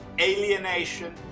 alienation